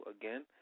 Again